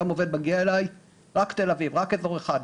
היום כשעובד מגיע אליי, רק תל אביב, רק אזור אחד.